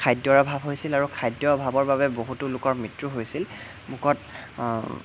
খাদ্যৰ অভাৱ হৈছিল আৰু খাদ্য অভাৱৰ বাবে বহুতো লোকৰ মৃত্যু হৈছিল ভোকত